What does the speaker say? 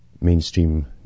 mainstream